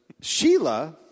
Sheila